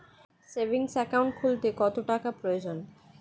Savings account খুলতে কত টাকার প্রয়োজন?